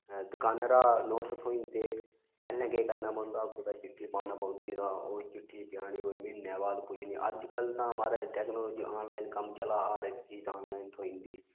दकानां रा नोट्स थ्होई जंदे पैह्लें केह् करना पौंदा कुतै चिट्ठी पाना पौंदी तां ओह् चिट्ठी पजानी कोई म्हीनें बाद पुज्जनी अज्जकल तां महाराज टैक्नोलजी आनलाइन कम्म चला दा हर इक चीज आनलाइन थ्होई जंदी